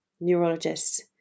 neurologists